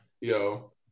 yo